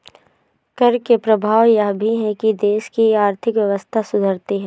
कर के प्रभाव यह भी है कि देश की आर्थिक व्यवस्था सुधरती है